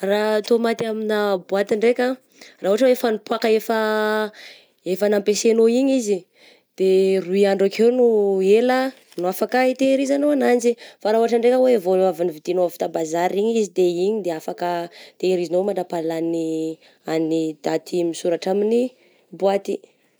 Raha tômaty amigna boaty ndraika, raha ohatra hoe efa nipoàka efa efa nampiasainao igny izy, de roy andro akeo no ela no afaka hitehizizanao ananjy, fa raha ohatra ndraika hoe vô avy nividianao avy ta bazary igny izy de igny de afaka tehirizinao mandrapaha lagny ny an'ny daty misoratra amin'ny boaty.